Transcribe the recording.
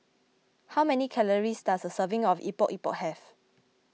how many calories does a serving of Epok Epok have